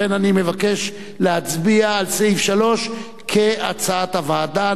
לכן אני מבקש להצביע על סעיף 3 כהצעת הוועדה.